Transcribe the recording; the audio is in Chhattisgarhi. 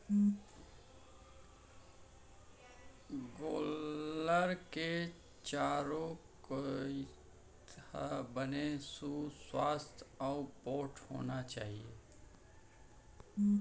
गोल्लर के चारों कोइत ह बने सुवास्थ अउ पोठ होना चाही